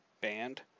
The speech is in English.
band